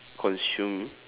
consume